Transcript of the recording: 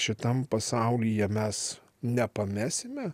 šitam pasaulyje mes nepamesime